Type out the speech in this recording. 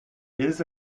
ilse